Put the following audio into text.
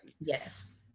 Yes